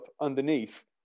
underneath